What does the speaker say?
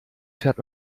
fährt